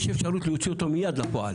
יש אפשרות להוציא אותו מיד לפועל